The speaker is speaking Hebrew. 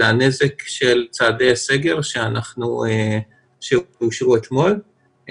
זה הנזק של צעדי הסגר שאושרו אתמול.